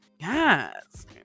Yes